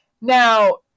Now